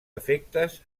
efectes